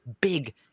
big